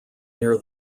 near